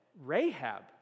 Rahab